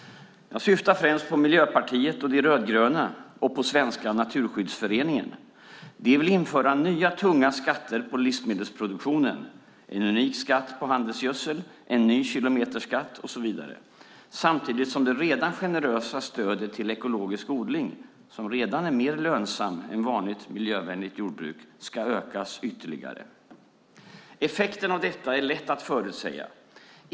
Jag syftar främst på Miljöpartiet och De rödgröna och på Svenska Naturskyddsföreningen. De vill införa nya tunga skatter på livsmedelsproduktion - en unik skatt på handelsgödsel, en ny kilometerskatt och så vidare - samtidigt som det redan generösa stödet till ekologisk odling, som redan är mer lönsam än vanligt miljövänligt jordbruk, ska ökas ytterligare. Effekten av detta är lätt att förutsäga.